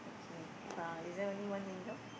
okay uh is there only one window